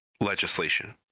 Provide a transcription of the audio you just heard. legislation